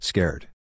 Scared